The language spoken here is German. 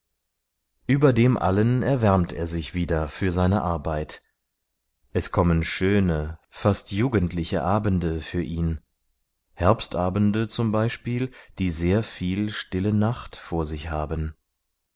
über dem allen erwärmt er sich wieder für seine arbeit es kommen schöne fast jugendliche abende für ihn herbstabende zum beispiel die sehr viel stille nacht vor sich haben